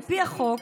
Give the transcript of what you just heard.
על פי החוק,